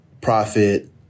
profit